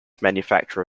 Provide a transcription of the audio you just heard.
manufacture